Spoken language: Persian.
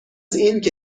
اینکه